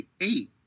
Eight